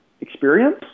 Experience